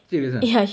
serious ah